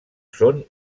són